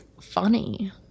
funny